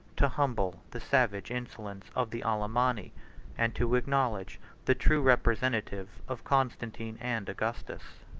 to humble the savage insolence of the alemanni and to acknowledge the true representative of constantine and augustus.